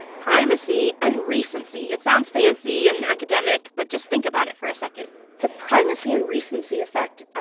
primacy and recency. it sounds fancy and academic. but just think about it for a second the primacy and recency effect,